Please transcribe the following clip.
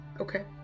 Okay